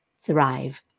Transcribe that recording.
thrive